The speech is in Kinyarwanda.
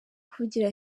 kuvugira